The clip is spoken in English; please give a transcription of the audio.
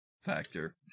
factor